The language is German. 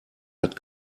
hat